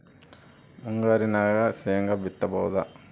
ಮುಂಗಾರಿನಾಗ ಶೇಂಗಾ ಬಿತ್ತಬಹುದಾ?